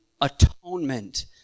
atonement